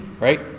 right